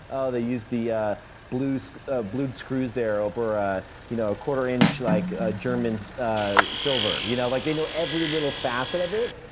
oh, they use the ah blued ah blued screws there over ah you know, a quarter inch, like ah german so ah silver. you know, like they know every little facet of it.